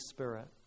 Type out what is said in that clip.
Spirit